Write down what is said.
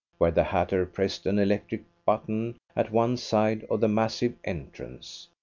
where the hatter pressed an electric button at one side of the massive entrance.